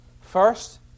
First